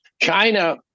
China